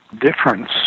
difference